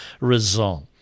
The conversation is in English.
result